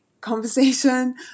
conversation